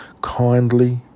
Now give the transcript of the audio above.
kindly